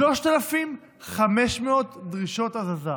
3,500 דרישות הזזה.